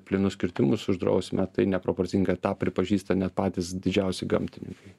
plynus kirtimus uždrausime tai neproporcinga tą pripažįsta net patys didžiausi gamtininkai